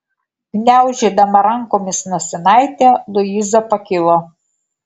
gniaužydama rankomis nosinaitę luiza pakilo